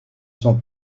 son